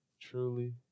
truly